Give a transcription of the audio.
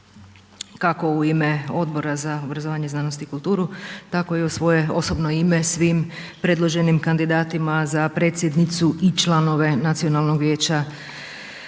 kako u ime Odbora za obrazovanje, znanost i kulturu tako i u svoje osobno ime svim predloženim kandidatima za predsjednicu i članove Nacionalnog vijeća